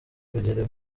kugira